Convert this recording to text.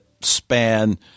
span